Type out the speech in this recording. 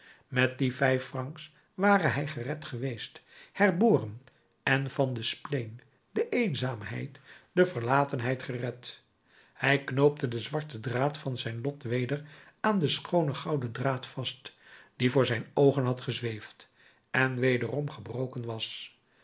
met die vijf francs ware hij gered geweest herboren en van de spleen de eenzaamheid de verlatenheid gered hij knoopte den zwarten draad van zijn lot weder aan den schoonen gouden draad vast die voor zijn oogen had gezweefd en wederom gebroken was